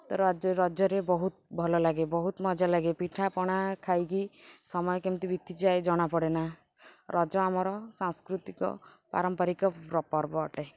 ତ ରଜ ରଜରେ ବହୁତ ଭଲ ଲାଗେ ବହୁତ ମଜା ଲାଗେ ପିଠାପଣା ଖାଇକି ସମୟ କେମିତି ବିତିଯାଏ ଜଣାପଡ଼େନା ରଜ ଆମର ସାଂସ୍କୃତିକ ପାରମ୍ପରିକ ପର୍ବ ଅଟେ